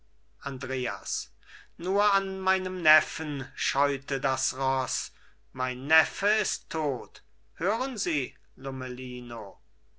andreas nur an meinem neffen scheute das roß mein neffe ist tot hören sie